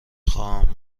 خواهم